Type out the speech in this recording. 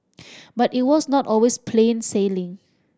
but it was not always plain sailing